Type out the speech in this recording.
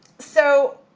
so,